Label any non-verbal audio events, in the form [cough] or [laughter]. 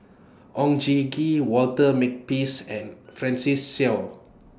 Oon Jin Gee Walter Makepeace and [noise] Francis Seow